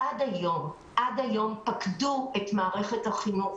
עד היום פקדו את מערכת החינוך